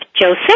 Joseph